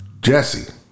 Jesse